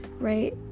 right